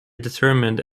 determined